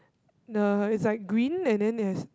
the is like green and then there's